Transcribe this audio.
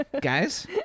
guys